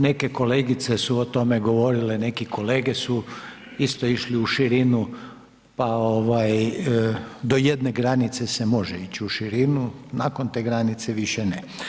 Neke kolegice su o tome govorile, neki kolege su isto išli u širinu, pa ovaj do jedne granice se može ići u širinu, nakon te granice više ne.